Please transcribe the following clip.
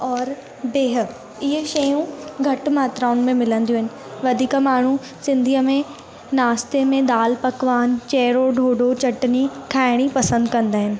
और बिह इहे शयूं घटि मात्राउनि में मिलंदियूं आहिनि वधीक माण्हू सिंधीअ में नाश्ते में दाल पकवान चहरो ॾोॾो चटनी खाइण ई पसंदि कंदा आहिनि